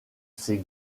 ses